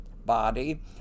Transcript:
body